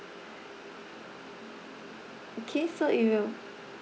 okay so it will